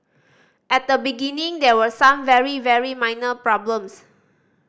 at the beginning there were some very very minor problems